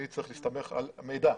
אני צריך להסתמך על מידע.